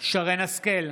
שרן מרים השכל,